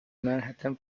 manhattan